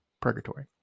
Purgatory